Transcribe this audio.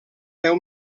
deu